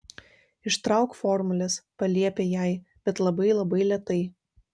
ištrauk formules paliepė jai bet labai labai lėtai